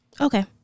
Okay